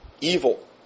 evil